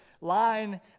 line